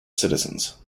citizens